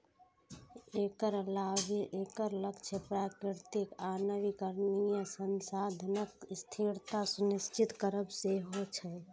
एकर अलावे एकर लक्ष्य प्राकृतिक आ नवीकरणीय संसाधनक स्थिरता सुनिश्चित करब सेहो छै